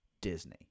Disney